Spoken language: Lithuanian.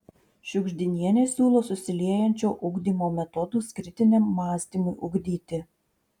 šiugždinienė siūlo susiliejančio ugdymo metodus kritiniam mąstymui ugdyti